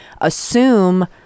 assume